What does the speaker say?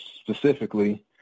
specifically